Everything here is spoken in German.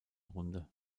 runde